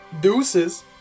Deuces